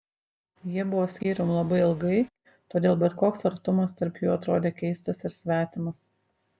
jie buvo skyrium labai ilgai todėl bet koks artumas tarp jų atrodė keistas ir svetimas